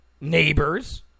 neighbors